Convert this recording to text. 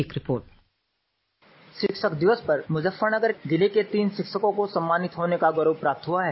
एक रिपोर्ट शिक्षक दिवस पर जिले के तीन शिक्षकों को सम्मानित होने का गौरव प्राप्त हुआ है